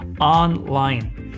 online